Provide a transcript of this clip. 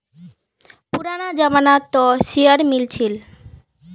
पुराना जमाना त शेयर मिल छील